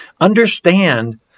understand